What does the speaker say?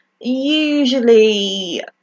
usually